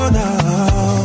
now